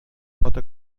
pot